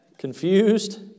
Confused